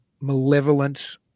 malevolent